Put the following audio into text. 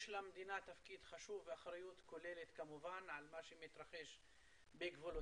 יש למדינה תפקיד חשוב ואחריות כוללת כמובן על מה שמתרחש בגבולותיה,